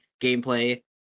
gameplay